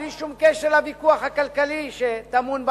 בלי שום קשר לוויכוח הכלכלי שטמון בעניין,